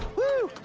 whoo!